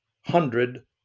hundred